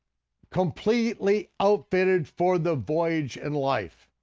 completely outfitted for the voyage in life.